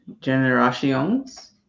generations